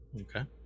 Okay